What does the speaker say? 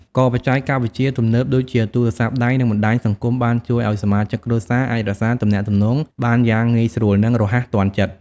ក៏បច្ចេកវិទ្យាទំនើបដូចជាទូរសព្ទដៃនិងបណ្ដាញសង្គមបានជួយឱ្យសមាជិកគ្រួសារអាចរក្សាទំនាក់ទំនងបានយ៉ាងងាយស្រួល និងរហ័សទាន់ចិត្ត។